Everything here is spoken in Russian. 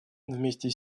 вместе